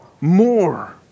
more